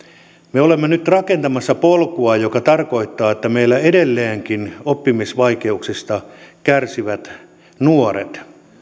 me olemme nyt rakentamassa polkua joka tarkoittaa että meillä oppimisvaikeuksista kärsivät nuoret